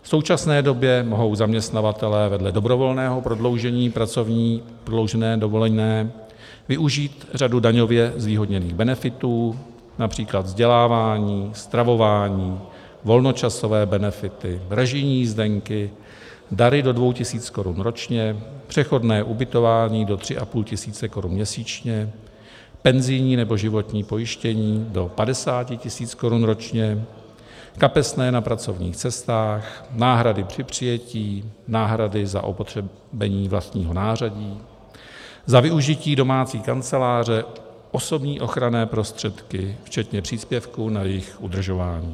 V současné době mohou zaměstnavatelé vedle dobrovolného prodloužení pracovní dovolené využít řadu daňově zvýhodněných benefitů, například vzdělávání, stravování, volnočasové benefity, režijní jízdenky, dary do dvou tisíc korun ročně, přechodné ubytování do tří a půl tisíce korun měsíčně, penzijní nebo životní pojištění do padesáti tisíc korun ročně, kapesné na pracovních cestách, náhrady při přijetí, náhrady za opotřebení vlastního nářadí, za využití domácí kanceláře, osobní ochranné prostředky včetně příspěvku na jejich udržování.